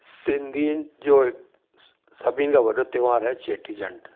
सिंधियुनि जो हिकु सभिनी खां वॾो त्योहार आहे चेटीचंड